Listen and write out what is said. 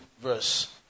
verse